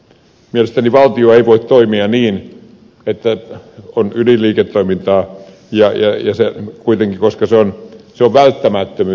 mielestäni valtio ei voi toimia niin että on ydinliiketoimintaa koska se on kuitenkin välttämättömyys